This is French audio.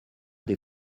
des